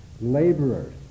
laborers